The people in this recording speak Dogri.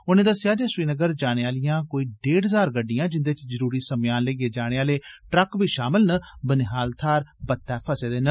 उनें दस्सेआ जे श्रीनगर जाने आलियां कोई डेढ ज्हार गड्डियां जिंदे च जरूरी समेयान लेइयै जाने आले ट्रक बी शामल न बनिहाल थाहर बत्तै फसे दे न